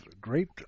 great